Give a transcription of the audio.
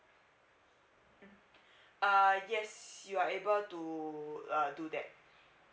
uh yes you are able to uh do that